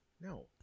no